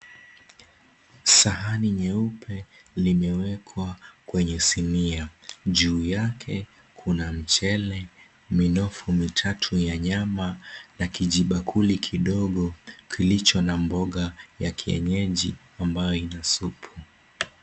Sahani nyeupe limewekwa kwenye sinia. Juu yake kuna mchele, minofu mitatu ya nyama, na kijibakuli kidogo kilicho na mboga ya kienyeji ambayo ina supu.